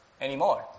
anymore